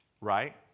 Right